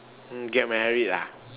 mm get married ah